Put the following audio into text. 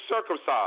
circumcised